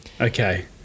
Okay